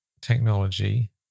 technology